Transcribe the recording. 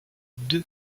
deux